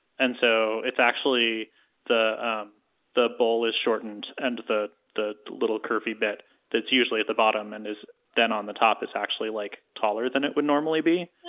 and so it's actually the the bowl is shortened and the the little curvy bit that's usually at the bottom and is then on the top is actually like taller than it would normally be.